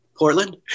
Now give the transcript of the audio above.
Portland